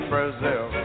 Brazil